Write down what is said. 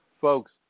Folks